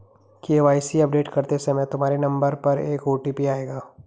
KYC update करते समय तुम्हारे नंबर पर एक ओ.टी.पी आएगा